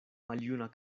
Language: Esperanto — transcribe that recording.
maljuna